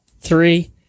Three